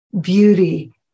beauty